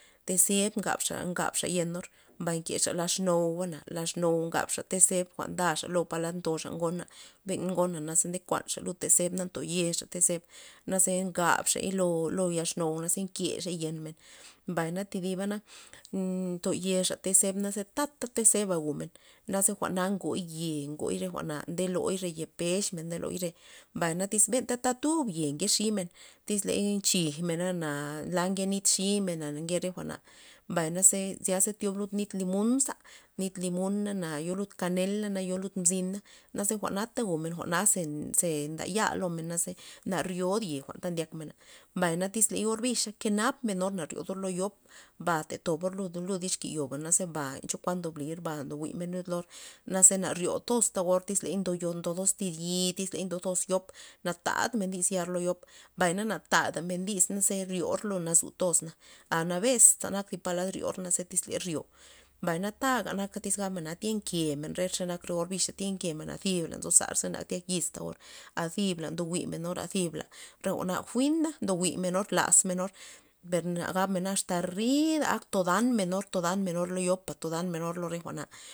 Te' zeb ngabxa- ngabxa yenor mbay kexa la xnou'na- la xnou' ngabxa te' zeb jwa'n ndaxa po lad ta ntoxa ngona, be ngona naze nkuaxa lud te' zeb na ntoyexa te' zeb naze ngab xey lo- lo ya xnou' naze nkexey yen men, mbay na thi dibana na ntoyexa te' zebna za ta te' zeba gumen naze jwa'n ngoy ye ngoy re jwa'na nde loy re ye pexmen nde roy mbay tyz tata benta tud ye nke ximen tyz ley nchijmen na la nke nit ximena nke re jwa'na mbay naze zyaza lud nit limunza nit limuna na yo lud kanel yo lud mzina naze jwa'na njwu'men jwa'naze ze nday lo men za nar ryod ye ta ndiak men, mbay tyz le orbixa kenap men or na ryodor lo yop ba te tobor lud- lud exki yoba na ba chokuan ndo blir na ndo jwi'men lud lor naze na ryo tozta or tyz ley ndoyo ndo toz tir yi' liz ley ndo toz yop na tadmen dis yar yop mbay na tadamen dis yar lo yop mbay na tadamen dis naze ryor lo nazu tuz anta nabezta nak palad ryoy za ryo, mbay taga nak tyz gabmen na tyenkemen re xe nak re orbixa ntyen kemen zi zar za nak tyak yizta or a zib la ndo jwi'r no a zibla re jwa'na jwi'na ndo jwi'men or ndolaz men or per na gab na asta ryda ak todanor men or todan men lo yopa todan men lo re jwa'na.